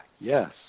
yes